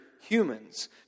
humans